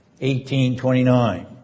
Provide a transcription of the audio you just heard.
18.29